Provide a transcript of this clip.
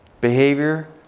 Behavior